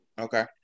Okay